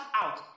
out